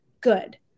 good